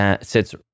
sits